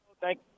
thank